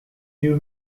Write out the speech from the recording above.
you